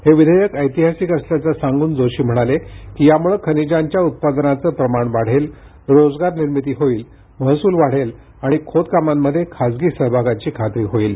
हे विधेयक ऐतिहासिक असल्याचे सांगून जोशी म्हणाले की यामुळे खनिजांच्या उत्पादनाचे प्रमाण वाढेल रोजगार निर्मिती होईल महसूल वाढेल आणि खोदकामांमध्ये खासगी सहभागाची खात्री होईल